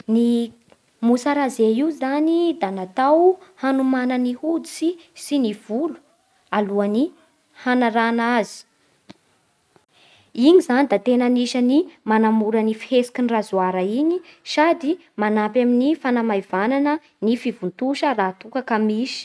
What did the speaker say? Ny mousse à raser io zany da natao hanomana ny hoditsy sy gny volo alohan'ny hanarana azy. Igny zany da tena anisan'ny manamora ny fihetsiky gny razoara igny sady manampy amin'ny fanamaivagna ny fivontosa raha toa ka misy